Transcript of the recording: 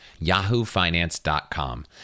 yahoofinance.com